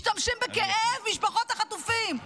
משתמשים בכאב משפחות החטופים.